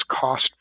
cost